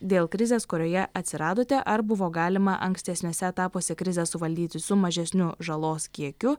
dėl krizės kurioje atsiradote ar buvo galima ankstesniuose etapuose krizę suvaldyti su mažesniu žalos kiekiu